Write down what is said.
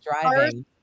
driving